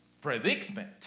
predicament